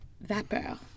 vapeur